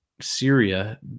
Syria